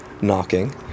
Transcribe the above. knocking